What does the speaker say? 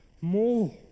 More